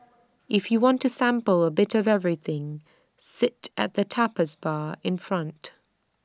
if you want to sample A bit of everything sit at the tapas bar in front